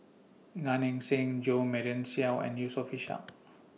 Gan Eng Seng Jo Marion Seow and Yusof Ishak